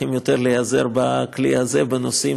צריכים להיעזר יותר בכלי הזה בנושאים